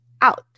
out